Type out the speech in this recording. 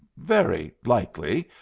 very likely,